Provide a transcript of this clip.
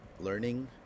learning